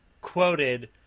quoted